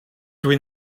dwi